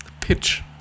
Pitch